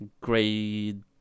Grade